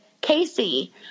Casey